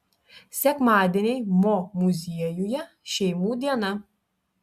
sekmadieniai mo muziejuje šeimų diena